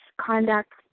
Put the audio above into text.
conduct